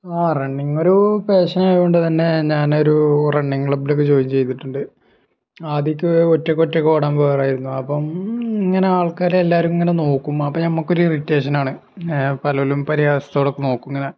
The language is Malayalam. റണ്ണിങ് ഒരു പേഷൻ ആയോണ്ട് തന്നെ ഞാനൊരു റണ്ണിങ് ക്ലബ്ബിലോക്കെ ജോയിൻ ചെയ്തിട്ടുണ്ട് ആദ്യോക്കെ ഒറ്റക്ക് ഒറ്റക്ക് ഓടാൻ പോവാറായിരുന്നു അപ്പം ഇങ്ങനെ ആൾക്കാരെ എല്ലാവരും ഇങ്ങനെ നോക്കും അപ്പം നമുക്കൊരു ഇറിറ്റേഷൻ ആണ് പലോരും പരിഹാസത്തോടൊക്കെ നോക്കും ഇങ്ങനെ